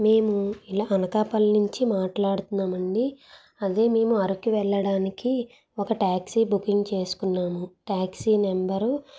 మేము ఇలా అనకాపల్లి నుంచి మాట్లాడుతున్నాం అండి అదే మేము అరకు వెళ్ళడానికి ఒక ట్యాక్సీ బుకింగ్ చేసుకున్నాము ట్యాక్సీ నెంబరు